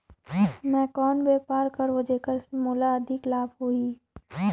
मैं कौन व्यापार करो जेकर से मोला अधिक लाभ मिलही?